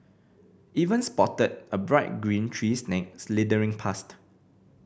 even spotted a bright green tree snake slithering past